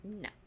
No